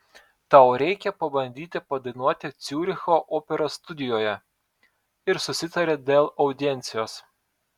tau reikia pabandyti padainuoti ciuricho operos studijoje ir susitarė dėl audiencijos